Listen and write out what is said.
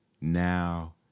Now